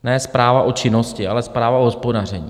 Ne zpráva o činnosti, ale zpráva o hospodaření.